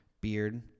beard